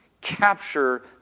capture